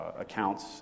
accounts